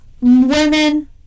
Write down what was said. women